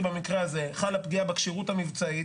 במקרה הזה חלה פגיעה בכשירות המבצעית,